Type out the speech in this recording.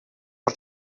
for